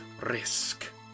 risk